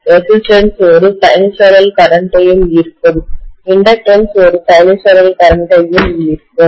ரெசிஸ்டன்ஸ்ஒரு sinusoidal current யும் ஈர்க்கும்இண்டக்டன்ஸ் ஒரு சைனூசாய்டல் கரண்ட் யும் ஈர்க்கும்